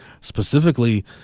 Specifically